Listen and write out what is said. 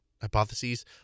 hypotheses